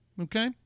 Okay